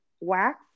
wax